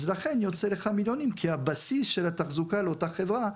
יוצא לך מיליונים כי הבסיס של התחזוקה לאותה חברה,